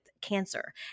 cancer